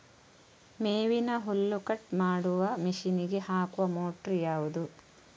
ಮೇವಿನ ಹುಲ್ಲು ಕಟ್ ಮಾಡುವ ಮಷೀನ್ ಗೆ ಹಾಕುವ ಮೋಟ್ರು ಯಾವುದು?